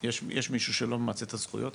מישהו שלא ממצה את הזכויות?